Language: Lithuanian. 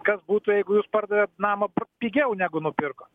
kas būtų jeigu jūs pardavėt namą pigiau negu nupirkot